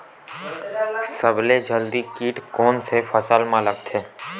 सबले जल्दी कीट कोन से फसल मा लगथे?